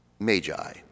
magi